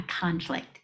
conflict